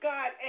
God